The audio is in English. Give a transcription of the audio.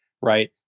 right